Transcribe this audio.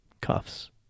cuffs